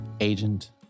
agent